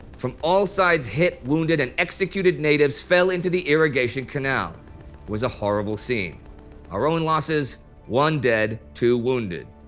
from all sides hit, wounded and executed natives fell into the irrigation canal. it was a horrible scene our own losses one dead, two wounded.